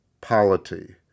Polity